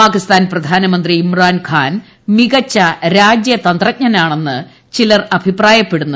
പാകിസ്ഥാൻ പ്രധാനമന്ത്രി ഇമ്രാൻഖാൻ മികച്ച രാജൃതന്ത്രജ്ഞനാണെന്നാണ് ചിലർ അഭിപ്രായപ്പെടുന്നത്